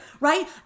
right